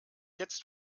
jetzt